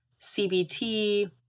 CBT